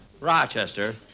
Rochester